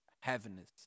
heaviness